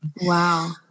Wow